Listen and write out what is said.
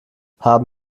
haben